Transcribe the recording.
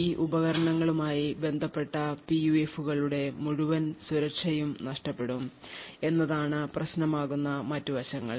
ഈ ഉപകരണങ്ങളുമായി ബന്ധപ്പെട്ട പിയുഎഫുകളുടെ മുഴുവൻ സുരക്ഷയും നഷ്ടപ്പെടും എന്നതാണ് പ്രശ്നമാകുന്ന മറ്റ് വശങ്ങൾ